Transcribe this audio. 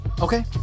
Okay